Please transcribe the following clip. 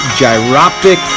gyroptic